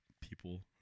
people